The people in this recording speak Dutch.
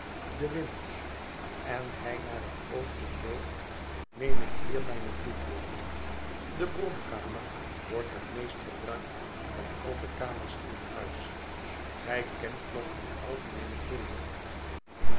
den wind en hij naar het oosten loopt neem ik hier mijne toevlucht de bromkamer wordt het meest gebruikt van al de kamers in huis gij kent nog niet half mijne grillen